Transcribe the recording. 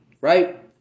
Right